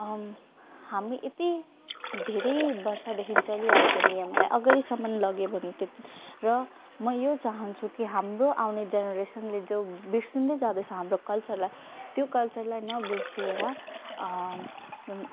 हामी यति धेरै वर्षदेखि चलिआएको नियमलाई अगाडिसम्म लगे भने त र म यो चाहन्छु कि हाम्रो आउने जेनरेसनले जो बिर्सिँदै जाँदैछ हाम्रो कल्चरलाई त्यो कल्चरलाई नबिर्सिएर